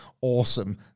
awesome